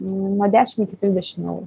nuo dešim iki trisdešim eurų